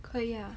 可以 ah